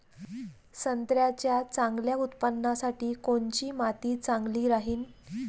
संत्र्याच्या चांगल्या उत्पन्नासाठी कोनची माती चांगली राहिनं?